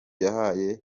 yahaye